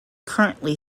currently